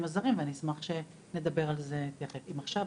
הזרים ואני אשמח שנדבר על זה תיכף או עכשיו,